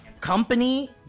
company